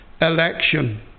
election